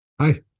Hi